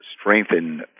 strengthen